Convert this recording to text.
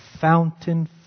fountain